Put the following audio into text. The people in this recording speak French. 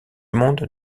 monde